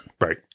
Right